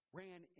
ran